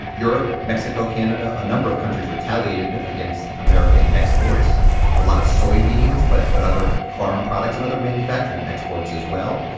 europe, mexico, canada a number of countries retaliated against american exports a lot of soybeans but but other farm products and other manufacturing exports as well.